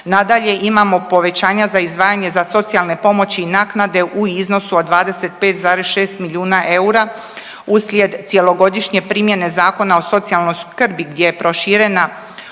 Nadalje, imamo povećanja za izdvajanje za socijalne pomoći i naknade u iznosu od 25,6 milijuna eura uslijed cjelogodišnje primjene Zakona o socijalnoj skrbi gdje je proširena